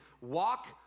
walk